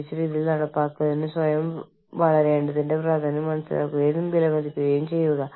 കൈക്കൂലി എന്നത് ഒരു വാഗ്ദാനമാണ് ഈ പണം ഞാൻ നിങ്ങൾക്ക് തരുന്നു പകരം എനിക്ക് വേണ്ടി ഇത് ചെയ്യൂ